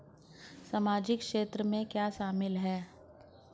सामाजिक क्षेत्र में क्या शामिल है?